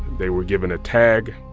they were given a tag,